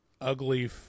ugly